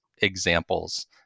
examples